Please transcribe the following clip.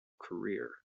career